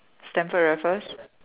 Stamford-Raffles